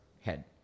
head